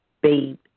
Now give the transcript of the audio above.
babe